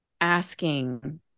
asking